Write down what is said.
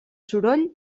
soroll